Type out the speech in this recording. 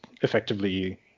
effectively